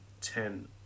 ten